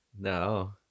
No